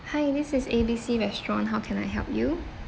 hi this is A B C restaurant how can I help you